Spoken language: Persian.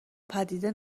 پدیده